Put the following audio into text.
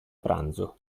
pranzo